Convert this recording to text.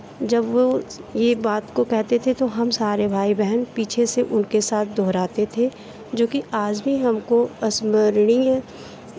जब वो ये बात को कहते थे तो हम सारे भाई बहन पीछे से उनके साथ दोहराते थे जो कि आज भी हमको स्मरणीय